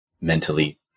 mentally